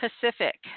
Pacific